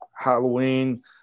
Halloween